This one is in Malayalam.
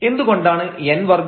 എന്തുകൊണ്ടാണ് n വർഗ്ഗം